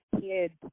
kids